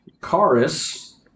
chorus